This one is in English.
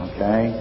Okay